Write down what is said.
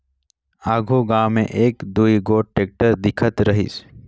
आघु गाँव मे एक दुई गोट टेक्टर दिखत रहिस